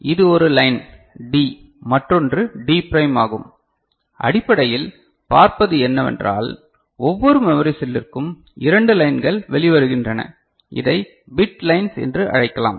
எனவே இது ஒரு லைன் D மற்றொன்று D ப்ரைம் ஆகும் அடிப்படையில் பார்ப்பது என்னவென்றால் ஒவ்வொரு மெமரி செல்லிருந்தும் 2 லைன்கள் வெளி வருகின்றன இதை பிட் லைன்கள் என்றும் அழைக்கலாம்